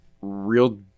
real